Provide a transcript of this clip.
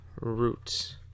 roots